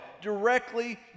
directly